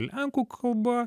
lenkų kalba